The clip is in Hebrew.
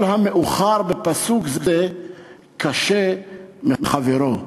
כל המאוחר בפסוק זה קשה מחברו.